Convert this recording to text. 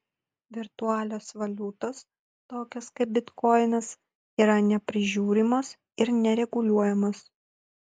virtualios valiutos tokios kaip bitkoinas yra neprižiūrimos ir nereguliuojamos